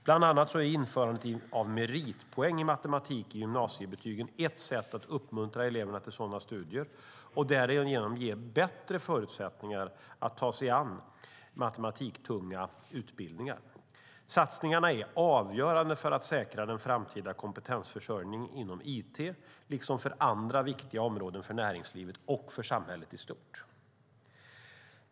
Bland annat är införandet av meritpoäng i matematik i gymnasiebetygen ett sätt att uppmuntra eleverna till sådana studier och därigenom ge bättre förutsättningar att ta sig an matematiktunga utbildningar. Satsningarna är avgörande för att säkra den framtida kompetensförsörjningen inom it liksom för andra viktiga områden för näringslivet och för samhället i stort.